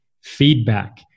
feedback